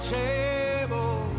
table